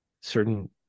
certain